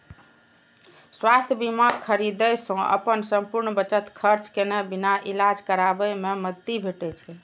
स्वास्थ्य बीमा खरीदै सं अपन संपूर्ण बचत खर्च केने बिना इलाज कराबै मे मदति भेटै छै